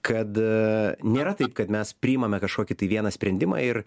kad a nėra taip kad mes priimame kažkokį tai vieną sprendimą ir